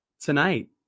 tonight